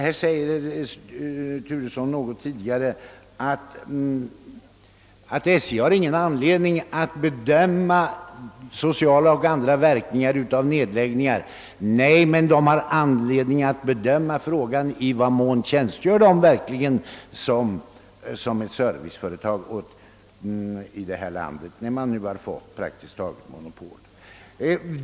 Herr Turesson sade i sitt tidigare anförande, att SJ-ledningen inte har någon anledning att bedöma sociala och andra verkningar av nedläggningar. Nej, det har den inte, men den har anledning att bedöma frågan i vad mån den verkligen tjänstgör som ett serviceföretag, när den nu praktiskt taget har fått monopolställning inom sitt avsnitt.